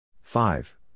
Five